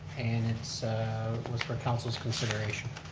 and it was for council's consideration.